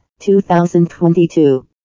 2022